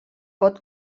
pot